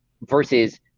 versus